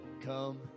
come